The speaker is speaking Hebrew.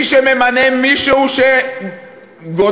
מי שממנה מישהו שגונב,